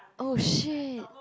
oh shit